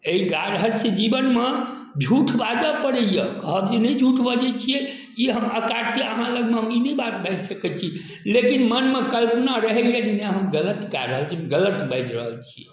एहि गाहस्थ्र्य जीवनमे झूठ बाजऽ पड़ैए कहब कि नहि झूठ बजै छिए ई हम अकाट्य अहाँ लगमे हम ई नहि बात बाजि सकै छी लेकिन मोनमे कल्पना रहैए जे नहि हम गलत कऽ रहल छी हम गलत बाजि रहल छिए